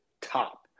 top